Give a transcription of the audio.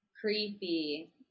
Creepy